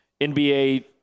NBA